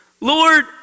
Lord